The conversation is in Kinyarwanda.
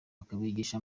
kubigisha